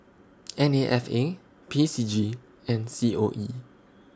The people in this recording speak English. N A F A P C G and C O E